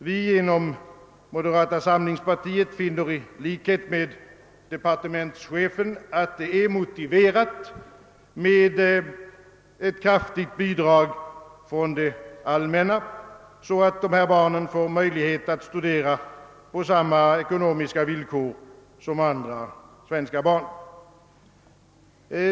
Vi inom moderata samlingspartiet finner i likhet med departementschefen att det är motiverat med ctt kraftigt bidrag från det allmänna så att dessa barn får möjlighet att studera på samma ekonomiska villkor som andra svenska barn.